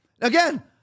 Again